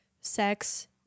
sex